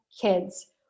kids